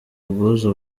ubwuzu